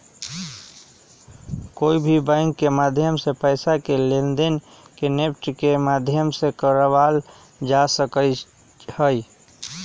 कोई भी बैंक के माध्यम से पैसा के लेनदेन के नेफ्ट के माध्यम से करावल जा सका हई